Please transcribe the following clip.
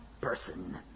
person